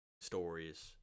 stories